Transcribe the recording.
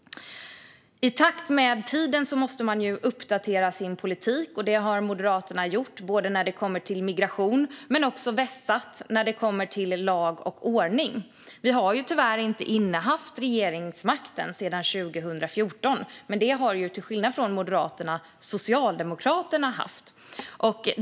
I takt med tiden måste man uppdatera sin politik, och det har Moderaterna gjort, både när det kommer till migration och till lag och ordning, där vi har vässat oss. Vi har ju tyvärr inte innehaft regeringsmakten sedan 2014. Den har dock Socialdemokraterna haft.